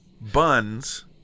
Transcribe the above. buns